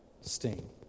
sting